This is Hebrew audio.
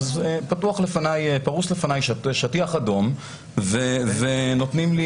פרוס לפניי שטיח אדום ונותנים לי